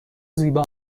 زیبا